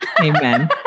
Amen